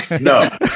No